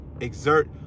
Exert